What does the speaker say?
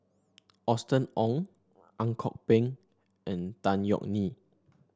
Austen Ong Ang Kok Peng and Tan Yeok Nee